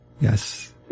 Yes